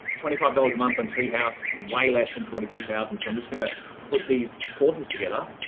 twenty five dollars a month on treehouse wireless and forty two thousand. so i'm just going to put these courses together,